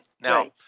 Now